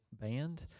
Band